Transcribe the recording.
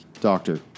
Doctor